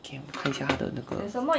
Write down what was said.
okay 我看起来的那个